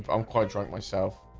i'm quite drunk myself